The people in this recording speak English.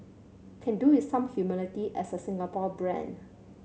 can do with some humility as a Singapore brand